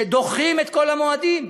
שדוחים את כל המועדים.